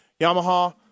Yamaha